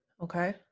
okay